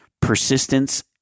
persistence